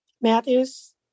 Matthews